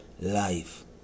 life